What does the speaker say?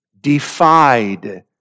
defied